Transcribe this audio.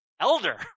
Elder